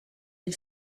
del